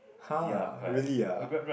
[huh] really ah